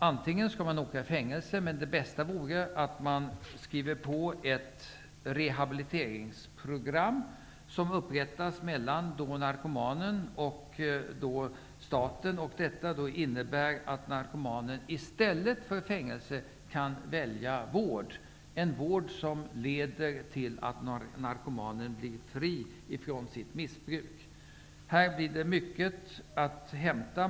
Antingen skall man åka i fängelse, eller också, vilket vore det bästa, skriva på för ett reha biliteringsprogram som upprättas mellan narko manen och staten. Detta innebär att narkomanen i stället för fängelse kan välja vård, en vård som leder till att narkomanen blir fri från sitt miss bruk. Här blir det mycket att hämta.